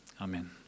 Amen